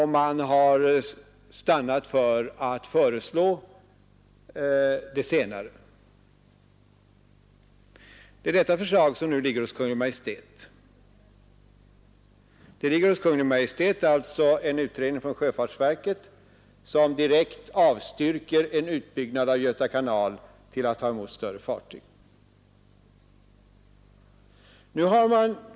Man har stannat för att föreslå det senare alternativet. Hos Kungl. Maj:t ligger alltså nu en utredning från sjöfartsverket som direkt avstyrker en utbyggnad av Göta kanal till att ta emot större fartyg.